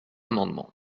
amendement